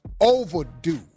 overdue